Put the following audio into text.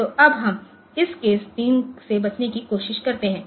तो अब हम इस केस 3 से बचने की कोशिश करते हैं